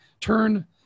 turn